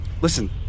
Listen